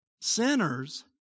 sinners